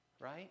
right